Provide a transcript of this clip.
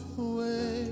away